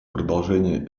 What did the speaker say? продолжение